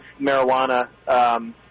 marijuana –